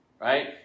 right